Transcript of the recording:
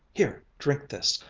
here, drink this!